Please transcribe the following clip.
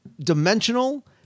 dimensional